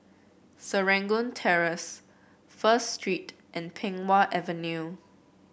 Serangoon Terrace First Street and Pei Wah Avenue